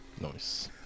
Nice